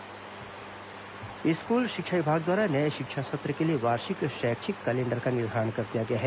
school शैक्षिक calendar school शिक्षा विभाग द्वारा नए शिक्षा सत्र के लिए वार्षिक शैक्षिक कैलेण्डर का निर्धारण कर दिया गया है